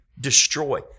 destroy